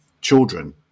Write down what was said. children